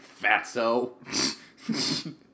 fatso